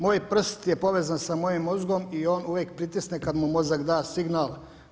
Moj prst je povezan sa mojim mozgom i on uvijek pritisne kada mu mozak da signal.